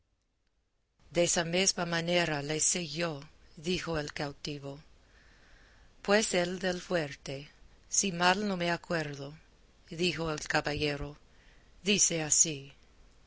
gloria desa mesma manera le sé yo dijo el cautivo pues el del fuerte si mal no me acuerdo dijo el caballero dice así